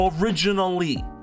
originally